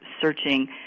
searching